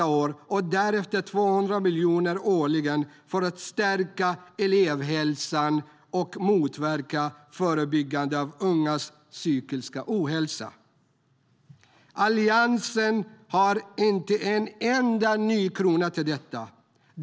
Alliansen har inte en enda ny krona till detta.